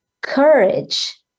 courage